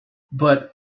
but